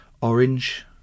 orange